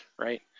Right